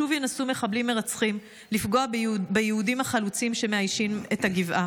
שוב ינסו מחבלים מרצחים לפגוע ביהודים החלוצים שמאיישים את הגבעה.